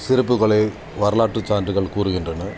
சிறப்புகளை வரலாற்று சான்றிதழ் கூறுகின்றன